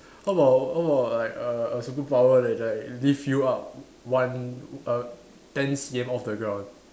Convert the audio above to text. how about how about like a a superpower that like lift you up one err ten C_M off the ground